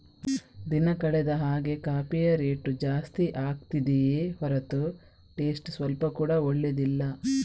ದಿನ ಕಳೆದ ಹಾಗೇ ಕಾಫಿಯ ರೇಟು ಜಾಸ್ತಿ ಆಗ್ತಿದೆಯೇ ಹೊರತು ಟೇಸ್ಟ್ ಸ್ವಲ್ಪ ಕೂಡಾ ಒಳ್ಳೇದಿಲ್ಲ